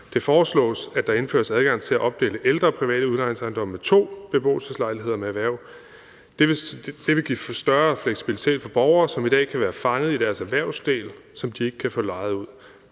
Det foreslås, at der indføres adgang til at opdele ældre private udlejningsejendomme med to beboelseslejligheder med erhverv. Det vil give en større fleksibilitet for borgere, som i dag kan være fanget i deres erhvervsdel, som de ikke kan få lejet ud.